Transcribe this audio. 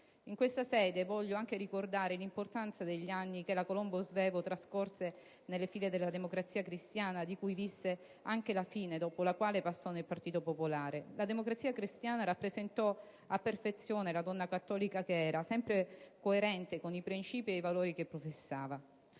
In questa sede voglio anche ricordare l'importanza degli anni che la Colombo Svevo trascorse nelle fila della Democrazia cristiana, di cui visse anche la fine, dopo la quale passò nel Partito Popolare. La Democrazia cristiana rappresentò a perfezione la donna cattolica che era, sempre coerente con i principi e i valori che professava;